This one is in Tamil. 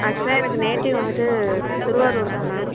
ஆக்சுவலாக எனக்கு நேட்டிவ் வந்துட்டு திருவாரூர் தான் மேம்